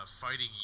fighting